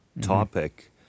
topic